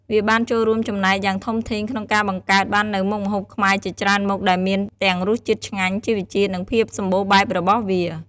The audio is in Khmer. វាបានចូលរួមចំណែកយ៉ាងធំធេងក្នុងការបង្កើតបាននូវមុខម្ហូបខ្មែរជាច្រើនមុខ ដែលមានទាំងរសជាតិឆ្ងាញ់ ជីវជាតិ និងភាពសម្បូរបែបរបស់វា។